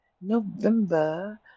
November